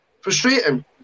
frustrating